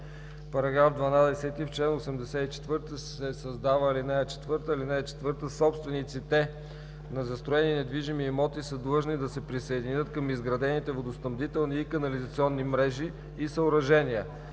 § 12: „§ 12. В чл. 84 се създава ал. 4: „(4) Собствениците на застроени недвижими имоти са длъжни да се присъединят към изградените водоснабдителни и канализационни мрежи и съоръжения.